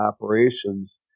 operations